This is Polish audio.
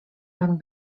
pan